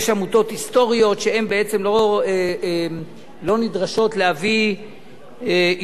היסטוריות שהן בעצם לא נדרשות להביא אישור,